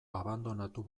abandonatu